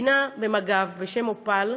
קצינה במג"ב בשם אופל